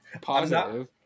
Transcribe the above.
positive